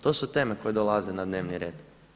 To su teme koje dolaze na dnevni red.